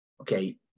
Okay